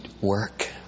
work